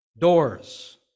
doors